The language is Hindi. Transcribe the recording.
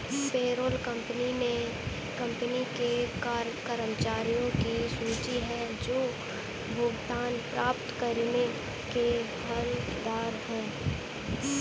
पेरोल कंपनी के कर्मचारियों की सूची है जो भुगतान प्राप्त करने के हकदार हैं